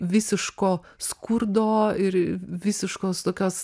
visiško skurdo ir visiškos tokios